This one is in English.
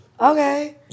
Okay